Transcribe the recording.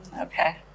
Okay